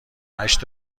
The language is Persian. هشت